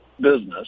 business